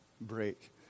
break